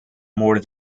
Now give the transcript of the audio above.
more